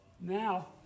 Now